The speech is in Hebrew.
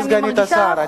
גברתי סגנית השר,